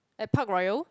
at Park-Royal